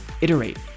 iterate